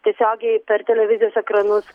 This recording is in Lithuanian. tiesiogiai per televizijos ekranus